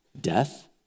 death